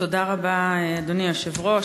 תודה רבה, אדוני היושב-ראש.